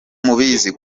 mubizi